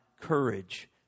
courage